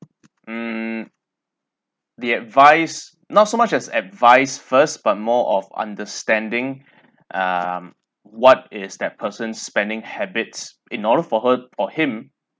mm the advice not so much as advice first but more of understanding um what is that person spending habits in order for her or him